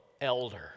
elder